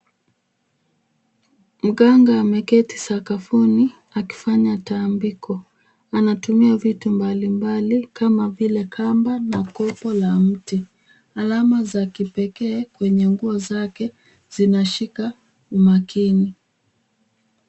Mganga ameketi sakafuni akifanya tambiko. Anatumia vitu mbalimbali kama vile kamba na kokwe la mti. Alama za kipekee kwenye nguo zake zinashika makini